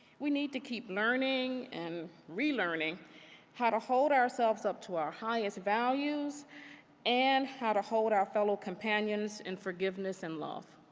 we need to keep learning and relearning how to hold ourselves up to our highest values and how to hold our fellow companions in forgiveness and love.